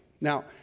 Now